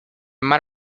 mar